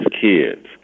kids